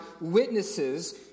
witnesses